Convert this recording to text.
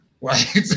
right